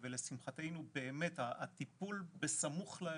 לשמחתנו הטיפול בסמוך לאירוע,